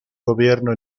gobierno